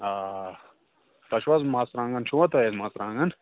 آ تۄہہِ چھُو حظ مرژٕوانٛگَن چھُوا تۄہہِ اَتہِ مرژٕوانٛگَن